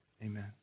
Amen